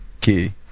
key